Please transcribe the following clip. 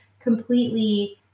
completely